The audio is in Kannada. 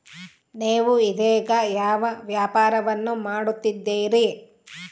ನೇವು ಇದೇಗ ಯಾವ ವ್ಯಾಪಾರವನ್ನು ಮಾಡುತ್ತಿದ್ದೇರಿ?